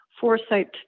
foresight